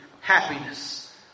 happiness